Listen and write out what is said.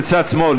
בצד שמאל,